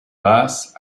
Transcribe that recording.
basse